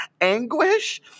anguish